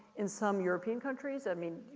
in some european countries, i mean,